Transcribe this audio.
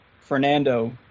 Fernando